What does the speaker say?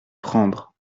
prendre